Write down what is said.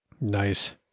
Nice